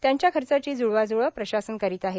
त्यांच्या खर्चाची जुळवाजुळव प्रशासन करीत आहे